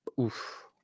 Oof